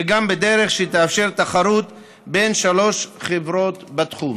וגם בדרך שתאפשר תחרות בין שלוש חברות בתחום.